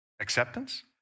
Acceptance